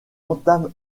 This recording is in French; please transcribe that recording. entame